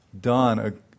done